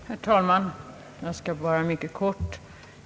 Herr talman! Jag skall fatta mig mycket kort.